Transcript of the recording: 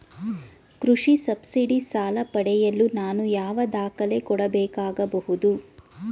ಕೃಷಿ ಸಬ್ಸಿಡಿ ಸಾಲ ಪಡೆಯಲು ನಾನು ಯಾವ ದಾಖಲೆ ಕೊಡಬೇಕಾಗಬಹುದು?